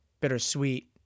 bittersweet